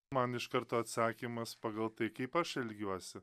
man iš karto atsakymas pagal tai kaip aš elgiuosi